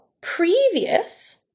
previous